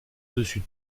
dessus